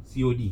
C_O_D